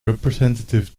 representative